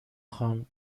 خوام